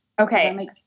Okay